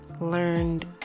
learned